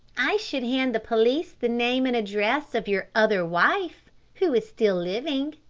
i should hand the police the name and address of your other wife who is still living.